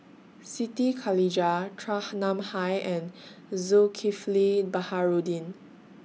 Siti Khalijah Chua Ham Nam Hai and Zulkifli Baharudin